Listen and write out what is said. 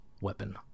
weapon